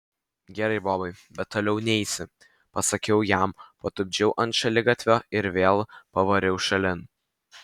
gerai bobai bet toliau neisi pasakiau jam patupdžiau ant šaligatvio ir vėl pavariau šalin